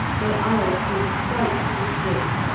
they are of course frightfully sick.